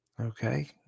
Okay